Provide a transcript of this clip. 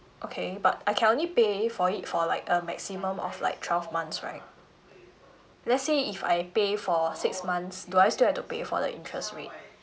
okay but I can only pay for it for like a maximum of like twelve months right let's say if I pay for six months do I still have to pay for like interest rate